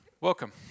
Welcome